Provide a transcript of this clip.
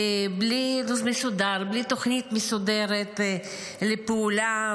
בלי לו"ז מסודר, בלי תוכנית מסודרת לפעולה.